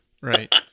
Right